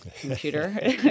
computer